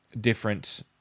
different